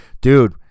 Dude